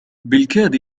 بالكاد